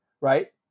right